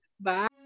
Bye